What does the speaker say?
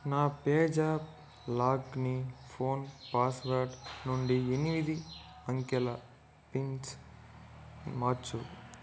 నా పేజాప్ లాక్ని phone password నుండి ఎనిమిది అంకెల పిన్స్ మార్చు